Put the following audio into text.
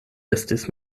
estis